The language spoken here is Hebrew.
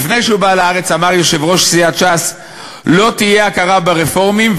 לפני שהוא בא לארץ אמר יושב-ראש סיעת ש"ס: לא תהיה הכרה ברפורמים,